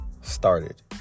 started